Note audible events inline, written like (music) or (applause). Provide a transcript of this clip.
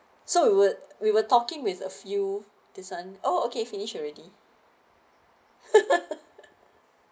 so we would we were talking with a few this one oh okay finish already (laughs)